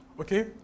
Okay